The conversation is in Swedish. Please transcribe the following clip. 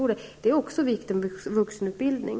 Också det är en viktig vuxenutbildning.